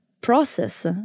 process